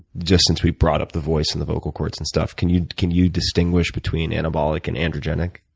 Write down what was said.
just since we brought up the voice and the vocal cords and stuff, can you can you distinguish between anabolic and androgenic?